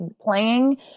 playing